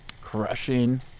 crushing